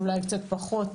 אולי קצת פחות,